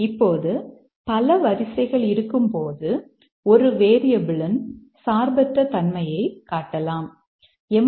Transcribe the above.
இப்போது பல வரிசைகள் இருக்கும்போது ஒரு வேரியபிள்யின் சார்பற்ற தன்மையை காட்டலாம் எம்